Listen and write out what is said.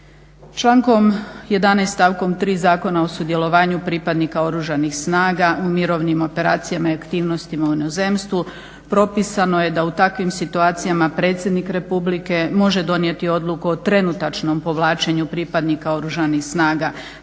Člankom 11. stavkom 3. Zakona o sudjelovanju pripadnika Oružanih snaga u mirovnim operacijama i aktivnostima u inozemstvu propisano je da u takvim situacijama predsjednik Republike može donijeti odluku o trenutačnom povlačenju pripadnika Oružanih snaga